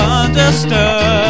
understood